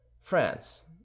France